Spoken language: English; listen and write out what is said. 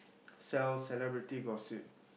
sell celebrity gossip